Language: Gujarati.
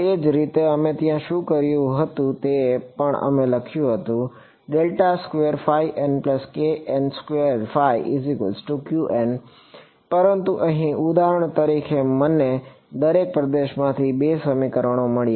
તે જ રીતે અમે ત્યાં શું કર્યું હતું તે પણ અમે લખ્યું હતું પરંતુ અહીં ઉદાહરણ તરીકે મને દરેક પ્રદેશમાંથી બે સમીકરણો મળ્યા